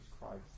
Christ